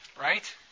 right